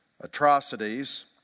atrocities